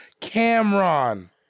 Cameron